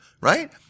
right